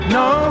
no